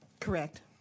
Correct